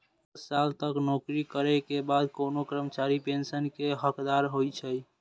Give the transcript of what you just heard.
दस साल तक नौकरी करै के बाद कोनो कर्मचारी पेंशन के हकदार होइ छै